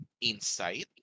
insight